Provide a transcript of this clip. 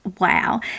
Wow